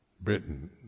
Britain